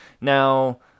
Now